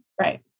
Right